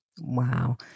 Wow